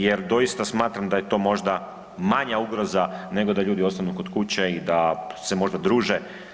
Jer doista smatram da je to možda manja ugroza, nego da ljudi ostanu kod kuće i da se možda druže.